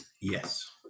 Yes